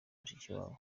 mushikiwabo